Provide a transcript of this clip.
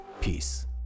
peace